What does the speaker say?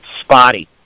spotty